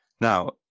Now